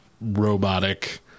robotic